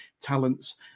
talents